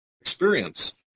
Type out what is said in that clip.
experience